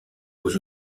aux